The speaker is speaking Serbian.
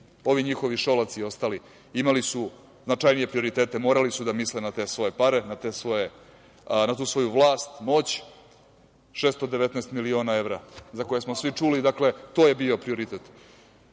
ovi njihovi Šolaci i ostali, imali su značajnije prioritete, morali su da misle na te svoje pare, na tu svoju vlast, moć, 619 miliona evra, za koje smo svi čuli. Dakle, to je bio prioritet. Mnogo